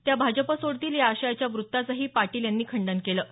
त्या भाजप सोडतील या आशयाच्या व्त्तांचंही पाटील यांनी खंडण केलं आहे